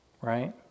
right